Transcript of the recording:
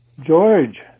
George